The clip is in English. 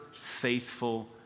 faithful